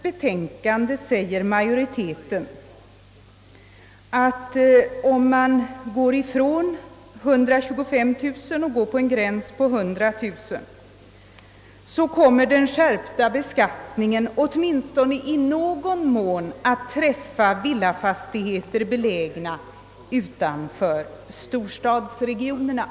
majoritet framhåller att om man frångår 125 000 kronor och räknar med en gräns vid 100 000 kommer den skärpta beskattningen åtminstone i någon mån att träffa villafastigheter som är belägna utanför storstadsregionerna.